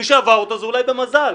מי שעבר אותו, זה אולי במזל.